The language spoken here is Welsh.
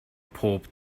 pob